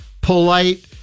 polite